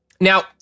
Now